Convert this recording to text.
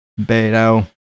Beto